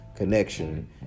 Connection